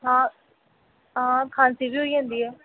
हां हां खांसी बी होई जंदी ऐ